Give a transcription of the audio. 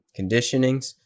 conditionings